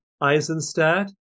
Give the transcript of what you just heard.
Eisenstadt